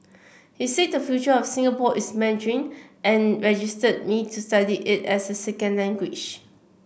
he said the future of Singapore is Mandarin and registered me to study it as a second language